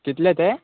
कितले ते